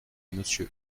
monsieur